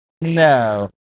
No